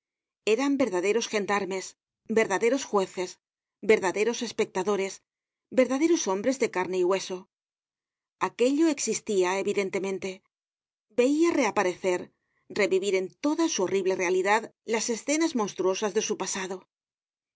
eran verdaderos gendarmes verdaderos jueces verdaderos espectadores verdaderos hombres de carne y hueso aquello existia evidentemente veia reaparecer revivir en toda su horrible realidad las escenas monstruosas de su pasado